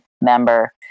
member